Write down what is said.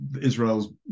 Israel's